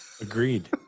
Agreed